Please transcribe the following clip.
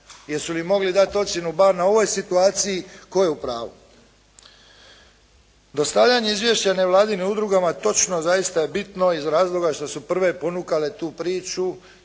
Jesu li mogli dati ocjenu bar na ovoj situaciji? Tko je u pravu? Dostavljanje izvješća nevladinim udrugama točno zaista je bitno iz razloga što su prve ponukale tu priču.